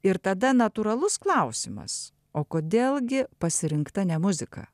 ir tada natūralus klausimas o kodėl gi pasirinkta ne muzika